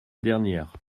dernière